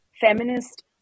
feminist